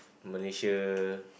Malaysia